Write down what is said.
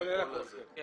אם